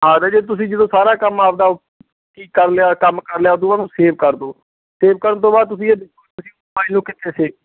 ਆਪਦਾ ਜੇ ਤੁਸੀਂ ਜਦੋਂ ਸਾਰਾ ਕੰਮ ਆਪਦਾ ਉਹ ਕੀ ਕਰ ਲਿਆ ਕੰਮ ਕਰ ਲਿਆ ਉੱਦੂ ਬਾਅਦ ਉਹਨੂੰ ਸੇਵ ਕਰ ਦਿਉ ਸੇਵ ਕਰਨ ਤੋਂ ਬਾਅਦ ਤੁਸੀਂ ਫਾਈਲ ਨੂੰ ਕਿੱਥੇ ਸੇ